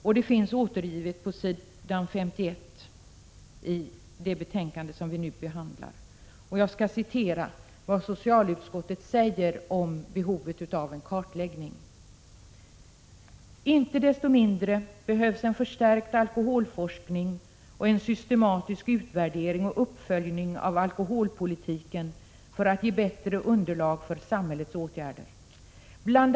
På s. 51 i bilagan till det betänkande som vi nu behandlar finns återgivet vad socialutskottet säger om behovet av en kartläggning: ”Inte desto mindre behövs en förstärkt alkoholforskning och en systematisk utvärdering och uppföljning av alkoholpolitiken för att ge bättre underlag för samhällets åtgärder. Bl.